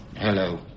Hello